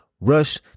rush